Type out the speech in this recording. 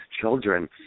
children